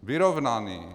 Vyrovnaný.